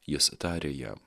jis tarė jam